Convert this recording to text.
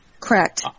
Correct